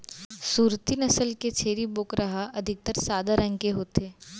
सूरती नसल के छेरी बोकरा ह अधिकतर सादा रंग के होथे